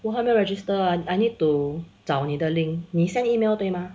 我还没啊 register ah I need to 找你的 link 你 send email 对吗